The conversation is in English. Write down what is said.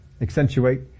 accentuate